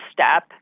step